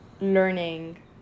learning